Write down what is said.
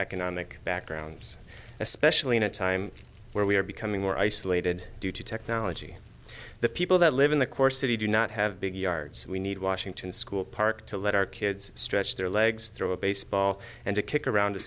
economic backgrounds especially in a time where we are becoming more isolated due to technology the people that live in the course of you do not have big yards we need washington school park to let our kids stretch their legs throw a baseball and to kick around a